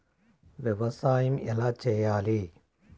వ్యవసాయం ఎలా చేయాలి?